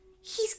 He's